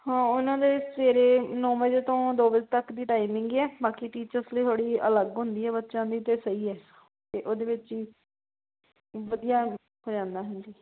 ਹਾਂ ਉਹਨਾਂ ਦੇ ਸਵੇਰੇ ਨੌਂ ਵਜੇ ਤੋਂ ਦੋ ਵਜੇ ਤੱਕ ਦੀ ਟਾਈਮਿੰਗ ਹੈ ਬਾਕੀ ਟੀਚਰਸ ਲਈ ਥੋੜ੍ਹੀ ਅਲੱਗ ਹੁੰਦੀ ਹੈ ਬੱਚਿਆਂ ਦੀ ਤਾਂ ਸਹੀ ਹੈ ਅਤੇ ਉਹਦੇ ਵਿੱਚ ਹੀ ਵਧੀਆ ਹੋ ਜਾਂਦਾ ਹਾਂਜੀ